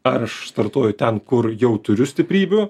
ar aš startuoju ten kur jau turiu stiprybių